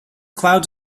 clouds